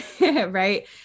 right